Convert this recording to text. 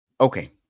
Okay